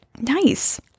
Nice